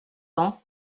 ans